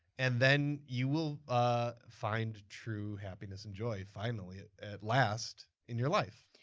and then you will ah find true happiness and joy, finally, at last, in your life.